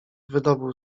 wydobył